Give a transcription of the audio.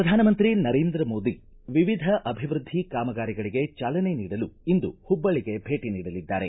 ಪ್ರಧಾನಮಂತ್ರಿ ನರೇಂದ್ರ ಮೋದಿ ವಿವಿಧ ಅಭಿವೃದ್ಧಿ ಕಾಮಗಾರಿಗಳಗೆ ಚಾಲನೆ ನೀಡಲು ಇಂದು ಹುಬ್ಬಳ್ಳಗೆ ಭೇಟ ನೀಡಲಿದ್ದಾರೆ